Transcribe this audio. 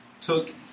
took